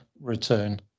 return